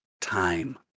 time